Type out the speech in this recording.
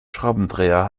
schraubendreher